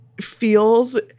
feels